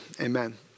Amen